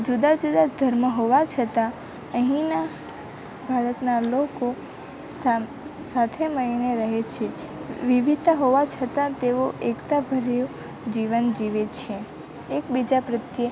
જુદા જુદા ધર્મ હોવા છતાં અહીંનાં ભારતનાં લોકો સાથે મળીને રહે છે વિવિધતા હોવા છતાં તેઓ એકતાભર્યું જીવન જીવે છે એકબીજા પ્રત્યે